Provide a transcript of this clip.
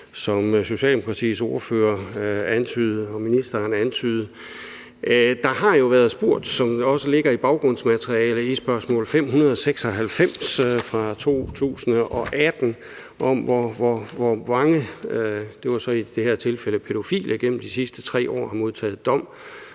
som Socialdemokratiets ordfører antydede og ministeren antydede? Der har jo været spurgt – det ligger også i baggrundsmaterialet i spørgsmål 596 fra 2018 – om, hvor mange, og det var så i det her tilfælde pædofile, der gennem de sidste 3 år har modtaget dom